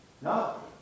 no